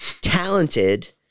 talented